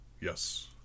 Yes